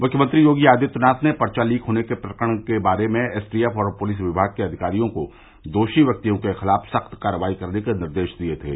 मुख्यमंत्री योगी आदित्यनाथ ने पर्वा लीक होने के प्रकरण के बारे में एसटीएफ और पुलिस विमाग के अधिकारियों को दोषी व्यक्तियों के खिलाफ सख्त कार्रवाई के निर्देश दिये थे